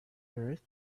earth